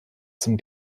zum